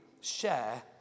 share